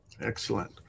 Excellent